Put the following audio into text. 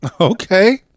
Okay